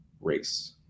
race